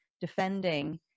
defending